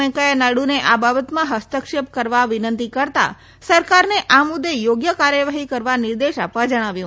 વેંકૈયા નાયડુને આ બાબતમાં ફસ્તક્ષેપ કરવા વિનંતી કરતા સરકારને આ મુદ્દે યોગ્ય કાર્યવાહી કરવા નિર્દેશ આપવા જણાવ્યું